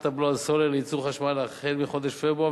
הבלו על סולר לייצור חשמל החל מחודש פברואר,